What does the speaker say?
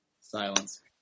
Silence